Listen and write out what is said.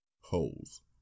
Holes